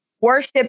worship